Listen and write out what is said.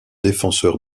défenseur